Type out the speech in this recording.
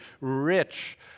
rich